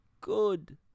good